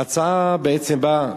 ההצעה בעצם באה,